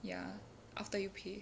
ya after you pay